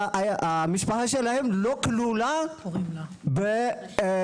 המשפחה שלהם לא כלולה ברשימה,